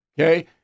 Okay